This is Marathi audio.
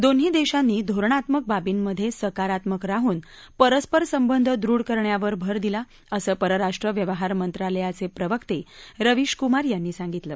दोन्ही देशांनी धोरणात्मक बाबींमधे सकारात्मक राहून परस्पर संबंध दृढ करण्यावर भर दिला असं परराष्ट्र व्यवहार मंत्रालयाचे प्रवक्ते रविश कुमार यांनी सांगितलं